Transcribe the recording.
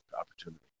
opportunity